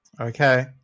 Okay